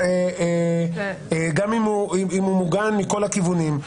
גם אם הוא מוגן מכל הכיוונים.